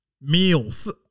meals